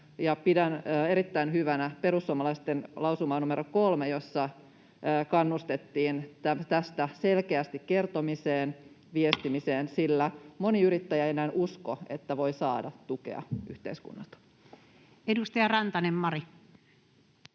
pidän erittäin hyvänä perussuomalaisten lausumaa numero kolme, jossa kannustettiin tästä selkeästi kertomiseen ja viestimiseen, sillä moni yrittäjä ei enää usko, että voi saada tukea yhteiskunnalta. [Speech 9] Speaker: